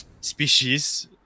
species